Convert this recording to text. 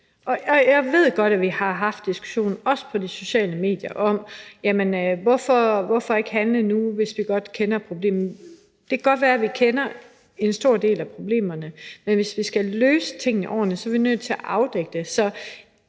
Jeg ved godt, at vi har haft diskussionen, også på de sociale medier, om: Hvorfor ikke handle nu, hvis vi godt kender problemet? Men det kan godt være, at vi kender en stor del af problemerne, men hvis vi skal løse tingene ordentligt, er vi nødt til at afdække det.